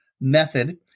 method